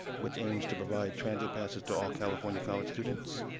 which aims to provide transit passes to all california college students.